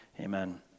Amen